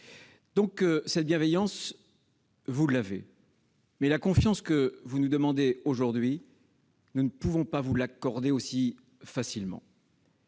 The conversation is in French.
Notre bienveillance, donc, vous l'avez. Mais la confiance que vous nous demandez cet après-midi, nous ne pouvons pas vous l'accorder aussi facilement,